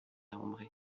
hombre